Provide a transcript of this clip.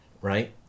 right